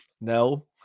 No